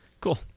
Cool